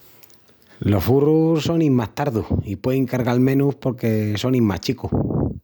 Los burrus sonin más tardus i puein cargal menus porque sonin más chicus.